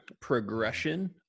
progression